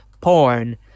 porn